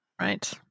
Right